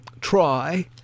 try